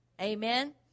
Amen